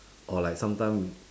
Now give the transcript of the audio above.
or like sometime